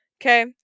Okay